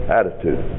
attitude